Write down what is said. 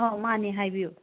ꯑꯧ ꯃꯥꯟꯅꯦ ꯍꯥꯏꯕꯤꯌꯨ